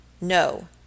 No